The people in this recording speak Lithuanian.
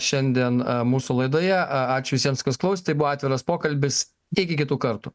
šiandien mūsų laidoje ačiū visiems kas klausė tai buvo atviras pokalbis iki kitų kartų